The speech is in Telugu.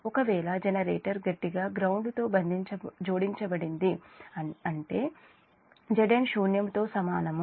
ఒకవేళ జనరేటర్ గట్టిగా గ్రౌండ్ తో జోడించబడింది ఉంటే Zn శూన్యము తో సమానము